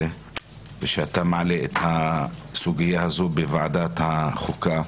ושאתה מעלה את הסוגייה הזו בוועדת החוקה.